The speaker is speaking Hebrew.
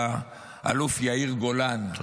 את האלוף יאיר גולן, על 7 באוקטובר.